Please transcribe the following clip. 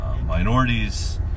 minorities